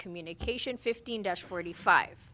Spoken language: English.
communication fifteen days forty five